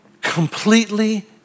completely